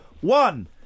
one